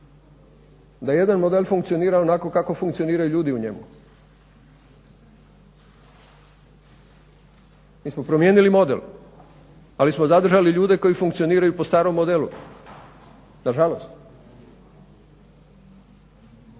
da jedan model funkcionira onako kako funkcioniraju ljudi u njemu. Mi smo promijenili model ali smo zadržali ljude koji funkcioniraju po starom modelu, nažalost.